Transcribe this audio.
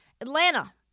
Atlanta